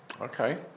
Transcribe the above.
Okay